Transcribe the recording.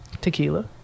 Tequila